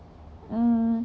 uh